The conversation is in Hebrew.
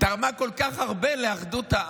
תרמה כל כך הרבה לאחדות העם.